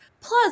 Plus